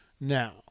now